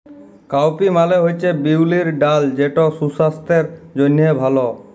cowpea মালে হছে বিউলির ডাল যেট সুসাস্থের জ্যনহে ভাল